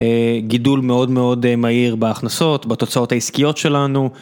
גידול מאוד מאוד מהיר בהכנסות, בתוצאות העסקיות שלנו.